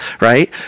right